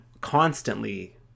constantly